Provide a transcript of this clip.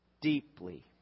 deeply